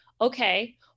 Okay